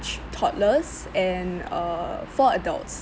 chil~ toddlers and uh four adults